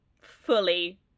fully